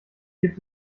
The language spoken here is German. gibt